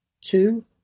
Two